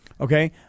Okay